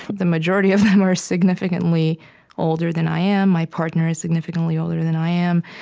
the majority of them, are significantly older than i am. my partner is significantly older than i am.